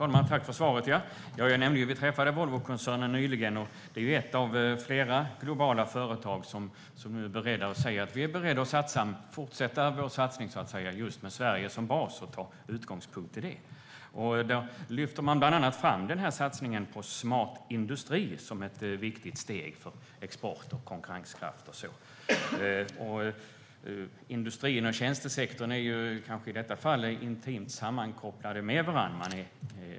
Fru talman! Tack för svaret! Vi träffade Volvokoncernen nyligen. Volvo är ett av flera globala företag som säger: Vi är beredda att fortsätta vår satsning med Sverige som bas och att ta utgångspunkt i det. Man lyfter bland annat fram satsningen på smart industri som ett viktigt steg för export och konkurrenskraft. Industrin och tjänstesektorn är i detta fall intimt sammankopplade med varandra.